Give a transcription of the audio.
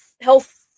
health